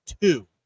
two